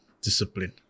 discipline